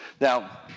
Now